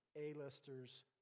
A-listers